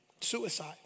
suicide